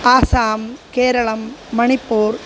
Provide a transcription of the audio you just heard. आसां केरळं मणिपुरम्